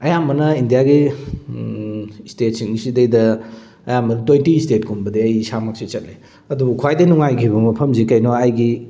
ꯑꯌꯥꯝꯕꯅ ꯏꯟꯗꯤꯌꯥꯒꯤ ꯏꯁꯇꯦꯠꯁꯤꯡꯁꯤꯗꯩꯗ ꯑꯌꯥꯝꯕ ꯇ꯭ꯋꯦꯟꯇꯤ ꯏꯁꯇꯦꯠꯀꯨꯝꯕꯗꯤ ꯑꯩ ꯏꯁꯥꯃꯛꯁꯤ ꯆꯠꯂꯦ ꯑꯗꯨꯕꯨ ꯈ꯭ꯋꯥꯏꯗꯩ ꯅꯨꯡꯉꯥꯏꯒꯤꯕ ꯃꯐꯝꯁꯤ ꯀꯩꯅꯣ ꯑꯩꯒꯤ